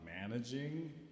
managing